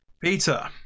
peter